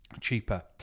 cheaper